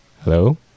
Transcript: Hello